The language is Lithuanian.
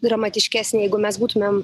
dramatiškesnė jeigu mes būtumėm